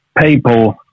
people